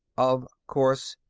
of course.